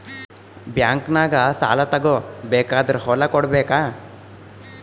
ಬ್ಯಾಂಕ್ನಾಗ ಸಾಲ ತಗೋ ಬೇಕಾದ್ರ್ ಹೊಲ ಕೊಡಬೇಕಾ?